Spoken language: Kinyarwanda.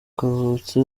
kavutse